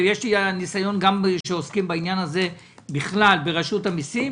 וגם כשעוסקים בעניין הזה בכלל ברשות המסים,